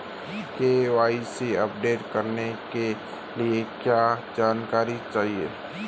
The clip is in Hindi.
के.वाई.सी अपडेट करने के लिए क्या जानकारी चाहिए?